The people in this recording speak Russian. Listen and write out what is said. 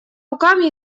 руками